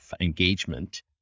engagement